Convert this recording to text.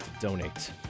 donate